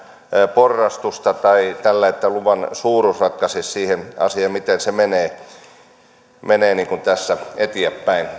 porrastusta tai tällaista että luvan suuruus ratkaisisi sen asian miten se asia menee tässä eteenpäin